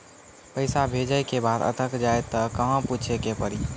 पैसा भेजै के बाद अगर अटक जाए ता कहां पूछे के पड़ी?